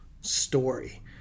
story